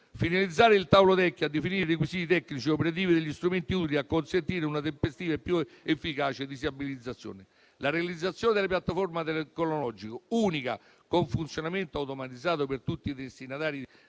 finalizzare il tavolo tecnico a definire «i requisiti tecnici e operativi degli strumenti utili a consentire una tempestiva e più efficace disabilitazione». La realizzazione della piattaforma tecnologica unica con funzionamento automatizzato per tutti i destinatari